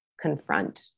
confront